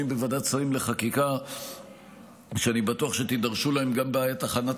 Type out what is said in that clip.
בוועדת שרים לחקיקה שאני בטוח שתידרשו להן גם בעת הכנת